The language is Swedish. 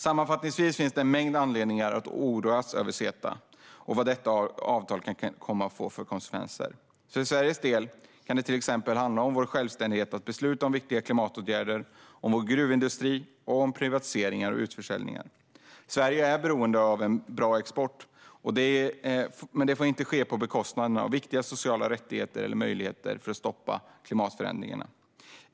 Sammanfattningsvis finns det en mängd anledningar att oroas över CETA och vad detta avtal kan komma att få för konsekvenser. För Sveriges del kan det till exempel handla om vår självständighet när det gäller att besluta om viktiga klimatåtgärder, om vår gruvindustri och om privatiseringar och utförsäljningar. Sverige är beroende av en bra export. Men det får inte ske på bekostnad av viktiga sociala rättigheter eller möjligheter att stoppa klimatförändringarna.